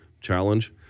challenge